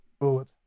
forward